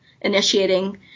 initiating